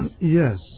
Yes